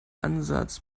ansatz